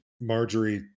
Marjorie